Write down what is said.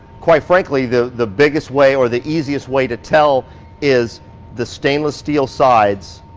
quite frankly, the the biggest way or the easiest way to tell is the stainless steel sides